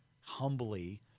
humbly